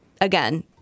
again